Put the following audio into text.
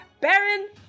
Baron